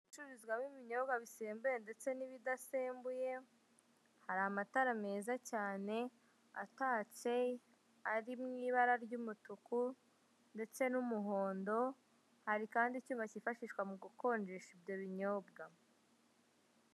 Icururizwamo ibinyobwa bisembuye ndetse n'ibidasembuye hari amatara meza cyane atatse ari mu ibara ry'umutuku ndetse n'umuhondo hari kandi icyuma kifashishwa mu gukonjesha ibyo binyobwa.